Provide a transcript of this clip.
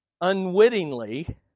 unwittingly